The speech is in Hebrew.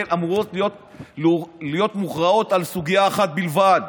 אמורות להיות מוכרעות על סוגיה אחת בלבד: